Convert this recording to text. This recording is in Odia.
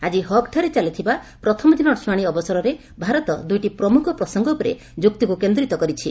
ଆଜି ହଗ୍ଠାରେ ଚାଲିଥିବା ପ୍ରଥମ ଦିନର ଶୁଣାଣି ଅବସରରେ ଭାରତ ଦୁଇଟି ପ୍ରମୁଖ ପ୍ରସଙ୍ଗ ଉପରେ ଯୁକ୍ତିକୁ କେନ୍ଦ୍ରୀତ କରିଛି